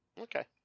Okay